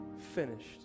finished